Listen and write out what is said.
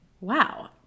Wow